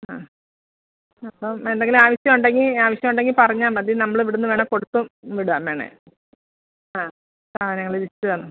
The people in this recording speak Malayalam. ആ അപ്പം എന്തെങ്കിലും ആവശ്യം ഉണ്ടെങ്കിൽ ആവശ്യം ഉണ്ടെങ്കിൽ പറഞ്ഞാൽ മതി നമ്മൾ ഇവിടുന്ന് വേണമെങ്കിൽ കൊടുത്തും വിടാം വേണമെങ്കിൽ ആ സാധനങ്ങളുടെ ലിസ്റ്റ് തന്നാൽ